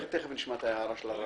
אל תיכנסו אתי לזה.